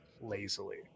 lazily